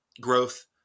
growth